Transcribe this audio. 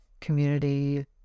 community